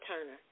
Turner